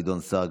גדעון סער,